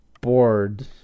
bored